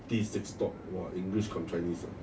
!wah! english got chinese uh